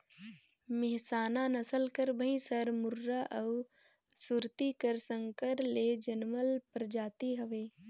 मेहसाना नसल कर भंइस हर मुर्रा अउ सुरती का संकर ले जनमल परजाति हवे